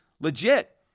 legit